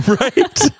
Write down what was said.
Right